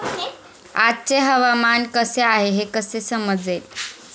आजचे हवामान कसे आहे हे कसे समजेल?